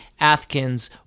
Athkins